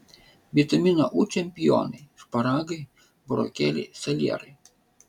vitamino u čempionai šparagai burokėliai salierai